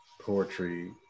poetry